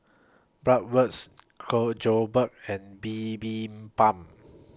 Bratwurst Jokbal and Bibimbap